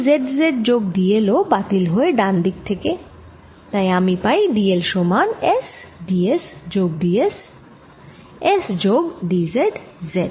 এই Z Z যোগ d l ও বাতিল হয় ডান দিক থেকে তাই আমি পাই d l সমান S d s যোগ d s S যোগ d z Z